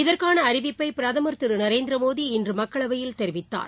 இதற்கான அறிவிப்பை பிரதமர் திரு நரேந்திர மோடி இன்று மக்களவையில் தெரிவித்தார்